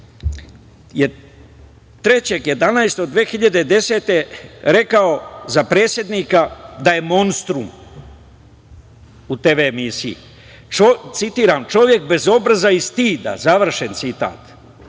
2010. godine rekao za predsednika da je monstrum u tv emisiji. Citiram – čovek bez obraza i stida, završen citat.